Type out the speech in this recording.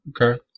Okay